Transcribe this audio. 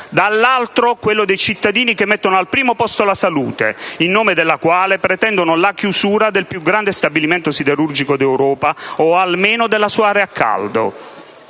dall'altro, quello dei cittadini che mettono al primo posto la salute, in nome della quale pretendono la chiusura del più grande stabilimento siderurgico d'Europa, o almeno della sua area a caldo.